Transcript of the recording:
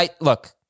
Look